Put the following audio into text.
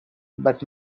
but